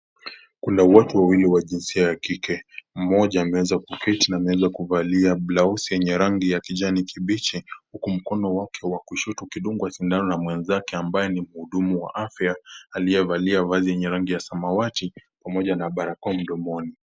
Kuna watu wawili wa jinsia ya kike, mmoja ameweza kuketi na ameweza kuvalia blaosi yenye rangi ya kijani kibichi huku mkono wake wa kushoto ukidungwa sindano na mwenzake ambaye ni mhudumu wa afya aliyevalia vazi lenye rangi ya samawati pamoja na barakoa mdomoni.